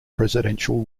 presidential